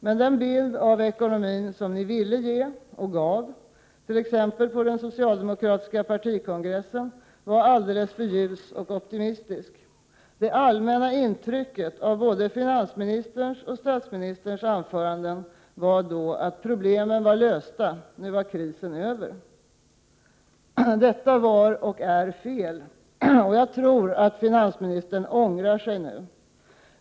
Men den bild av ekonomin som ni ville ge — och gav —t.ex. på den socialdemokratiska partikongressen var alldeles för ljus och optimistisk. Det allmänna intryck som gavs av både finansministerns och statsministerns anföranden var att problemen var lösta och att krisen var över. Men det var och är fel. Jag tror att finansministern ångrar sig nu.